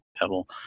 Pebble